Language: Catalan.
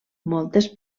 moltes